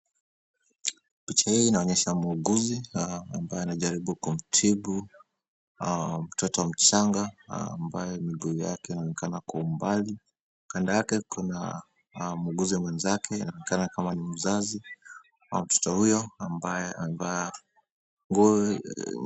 Picha hii inaonyesha muuguzi ambaye anajaribu kumtibu mtoto mchanga ambaye miguu yake inaonekana kwa umbali, kando yake kuna muuguzi mwenzake, anaonekana kama ni mzazi wa mtoto huyo ambaye amevaa nguo.